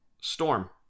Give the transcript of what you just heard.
Storm